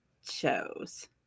shows